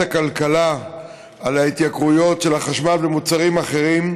הכלכלה על ההתייקרויות של החשמל ומוצרים אחרים,